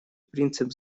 принцип